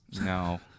no